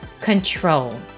control